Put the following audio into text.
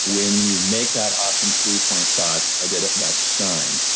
when you make that awesome three point shot, i did it, that's shine.